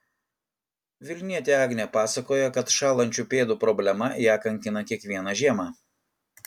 vilnietė agnė pasakoja kad šąlančių pėdų problema ją kankina kiekvieną žiemą